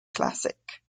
classic